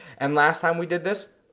and last time we did this,